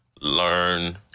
learn